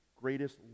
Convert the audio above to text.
greatest